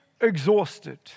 exhausted